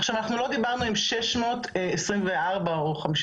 עכשיו אנחנו לא דיברנו עם 624 או 54